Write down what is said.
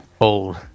old